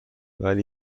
ولی